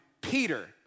Peter